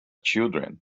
children